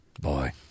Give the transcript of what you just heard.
Boy